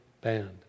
banned